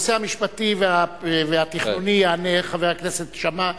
על הנושא המשפטי והתכנוני יענה חבר הכנסת שאמה,